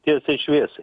tiesiai šviesiai